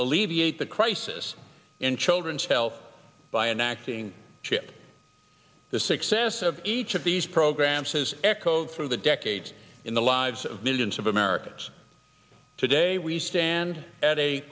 alleviate the crisis in children's health by an acting chip the success of each of these programs has echoed through the decades in the lives of millions of americans today we stand at a